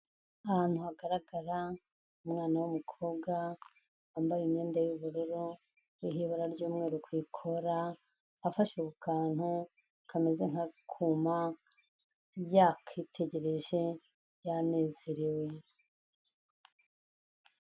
Ahantu hagaragara umwana w'umukobwa wambaye imyenda y'ubururu iriho ibara ry'umweru ku ikora afashe ku kantu kameze nk'akuma yakitegereje yanezerewe.